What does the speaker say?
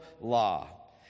law